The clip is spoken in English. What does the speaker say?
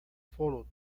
followed